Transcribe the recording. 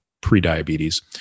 pre-diabetes